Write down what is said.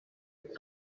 tech